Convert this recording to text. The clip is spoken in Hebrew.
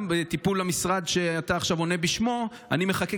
גם בטיפול המשרד שאתה עונה בשמו אני מחכה